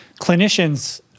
Clinicians